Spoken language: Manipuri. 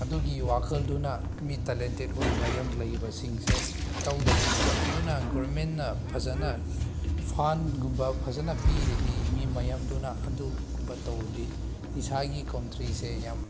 ꯑꯗꯨꯒꯤ ꯋꯥꯈꯜꯗꯨꯅ ꯃꯤ ꯇꯦꯂꯦꯟꯇꯦꯠ ꯑꯣꯏꯕ ꯌꯥꯝ ꯂꯩꯕꯁꯤꯡꯁꯦ ꯇꯧꯗꯕꯅꯦꯕ ꯑꯗꯨꯅ ꯒꯣꯕꯔꯃꯦꯟꯅ ꯐꯖꯕ ꯐꯟꯒꯨꯝꯕ ꯐꯖꯅ ꯄꯤꯔꯗꯤ ꯃꯤ ꯃꯌꯥꯝꯗꯨꯅ ꯑꯗꯨꯒꯨꯝꯕ ꯇꯧꯔꯗꯤ ꯏꯁꯥꯒꯤ ꯀꯟꯇ꯭ꯔꯤꯁꯦ ꯌꯥꯝ